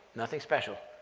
nothing special.